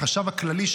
החשב הכללי,